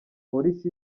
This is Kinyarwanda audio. polisi